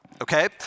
Okay